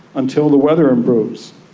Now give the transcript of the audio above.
until the weather improves,